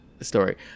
story